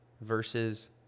versus